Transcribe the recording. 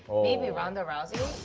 maybe ronda rousey.